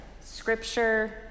scripture